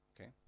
Okay